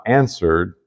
answered